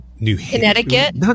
Connecticut